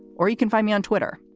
or you can find me on twitter.